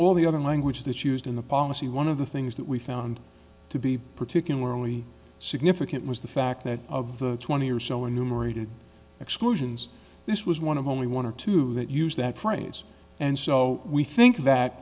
all the other language that's used in the policy one of the things that we found to be particularly significant was the fact that of the twenty or so enumerated exclusions this was one of only one or two that used that phrase and so we think that